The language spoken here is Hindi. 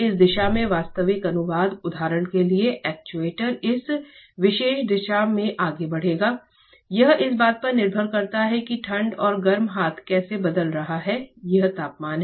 इस दिशा में वास्तविक अनुवाद उदाहरण के लिए एक्चुएटर इस विशेष दिशा में आगे बढ़ेगा यह इस बात पर निर्भर करता है कि ठंडा और गर्म हाथ कैसे बदल रहा है यह तापमान है